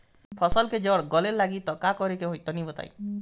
फसल के जड़ गले लागि त का करेके होई तनि बताई?